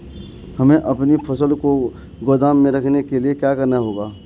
हमें अपनी फसल को गोदाम में रखने के लिये क्या करना होगा?